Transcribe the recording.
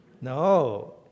No